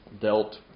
dealt